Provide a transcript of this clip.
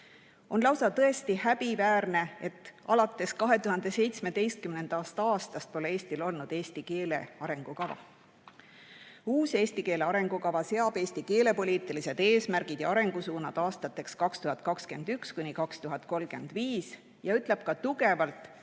On tõesti lausa häbiväärne, et alates 2017. aastast pole Eestil olnud eesti keele arengukava. Uus eesti keele arengukava seab Eesti keelepoliitilised eesmärgid ja arengusuunad aastateks 2021–2035 ja ütleb kindlalt